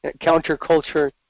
counterculture